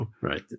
right